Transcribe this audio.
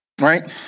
right